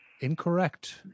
Incorrect